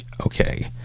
okay